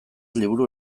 liburu